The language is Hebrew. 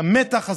והמתח הזה,